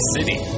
City